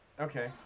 okay